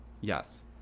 yes